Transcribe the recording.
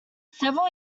several